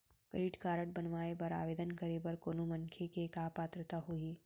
Credit card बनवाए बर आवेदन करे बर कोनो मनखे के का पात्रता होही?